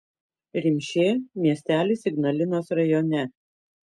rimšė miestelis ignalinos rajone